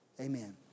Amen